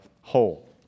whole